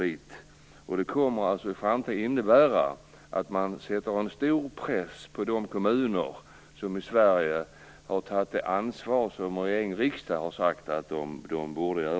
I framtiden kommer det att innebära att man sätter en stor press på de kommuner som har tagit det ansvar som regering och riksdag har sagt att de borde ta.